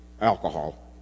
alcohol